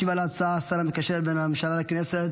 ישיב על ההצעה השר המקשר בין הממשלה לכנסת,